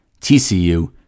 TCU